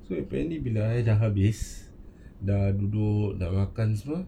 so pendek bila I dah habis dah duduk dah makan semua